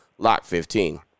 LOCK15